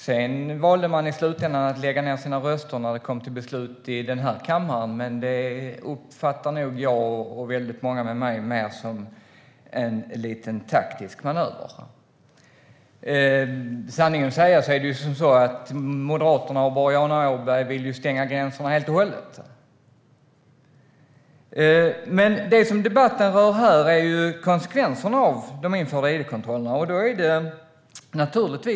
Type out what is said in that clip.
Sedan valde man i slutändan att lägga ned sina röster när det kom till beslut här i kammaren, men det uppfattar jag och väldigt många med mig mer som en liten taktisk manöver. Sanningen att säga vill ju Moderaterna och Boriana Åberg stänga gränserna helt och hållet. Men det som debatten rör nu är konsekvenserna av de införda id-kontrollerna.